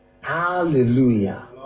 Hallelujah